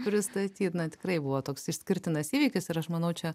pristatyt na tikrai buvo toks išskirtinas įvykis ir aš manau čia